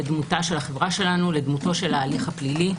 לדמותה של החברה שלנו, לדמותו של ההליך הפלילי.